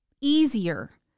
easier